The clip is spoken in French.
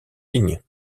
lignes